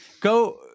go